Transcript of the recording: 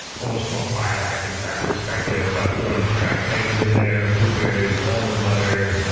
almost from a bio-hacking type perspective. i've thrown cracked eggs in there, blueberries, almond butter,